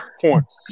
points